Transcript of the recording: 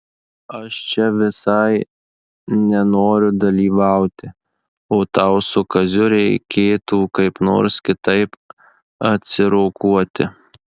aš čia visai nenoriu dalyvauti o tau su kaziu reikėtų kaip nors kitaip atsirokuoti